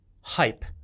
Hype